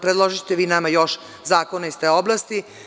Predložite vi nama još zakona iz te oblasti.